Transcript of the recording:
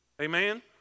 Amen